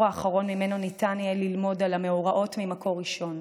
האחרון שממנו אפשר יהיה ללמוד על המאורעות ממקור ראשון,